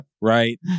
right